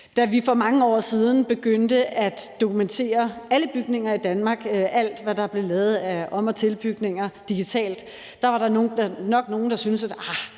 Da vi for mange år siden begyndte at dokumentere alle bygninger i Danmark og alt, hvad der blev lavet af om- og tilbygninger, digitalt, var der nok nogle, der syntes: